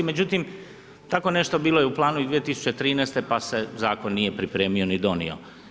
Međutim, tako nešto bilo je u planu i 2013. pa se zakon nije pripremio ni donio.